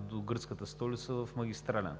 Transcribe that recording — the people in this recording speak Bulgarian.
до гръцката столица, в магистрален.